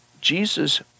Jesus